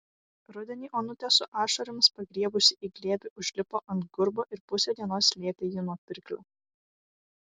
rudenį onutė su ašaromis pagriebusi į glėbį užlipo ant gurbo ir pusę dienos slėpė jį nuo pirklio